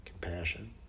compassion